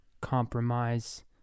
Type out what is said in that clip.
compromise